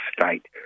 state